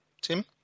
Tim